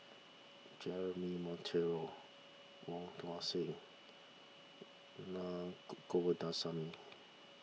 Jeremy Monteiro Wong Tuang Seng Naa Govindasamy